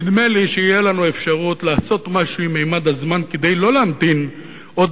נדמה שתהיה לנו אפשרות לעשות משהו עם ממד הזמן כדי לא להמתין עוד